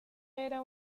era